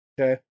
Okay